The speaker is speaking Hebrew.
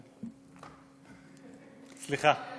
סליחה.